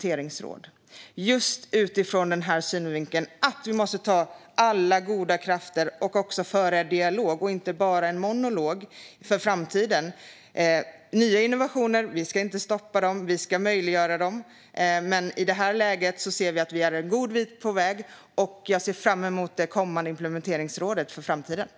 Det gör man utifrån synen på att vi måste ta vara på alla goda krafter och föra en dialog, inte bara en monolog, inför framtiden. Vi ska inte stoppa nya innovationer, utan vi ska möjliggöra dem. Vi ser dock att vi i detta läge har kommit en god bit på väg, och jag ser fram emot det implementeringsråd som ska inrättas framöver.